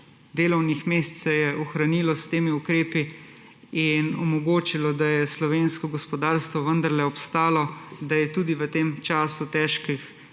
delovnih mest se je ohranilo s temi ukrepi in omogočilo, da je slovensko gospodarstvo vendarle obstalo, da je tudi v tem času težkih